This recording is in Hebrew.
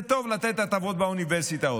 זה טוב לתת הטבות באוניברסיטאות,